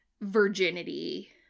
virginity